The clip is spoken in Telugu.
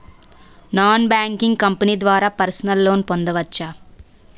నాన్ బ్యాంకింగ్ కంపెనీ ద్వారా పర్సనల్ లోన్ పొందవచ్చా?